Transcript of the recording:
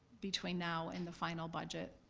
between now and the final budget,